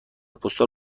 پستال